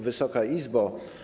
Wysoka Izbo!